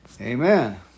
amen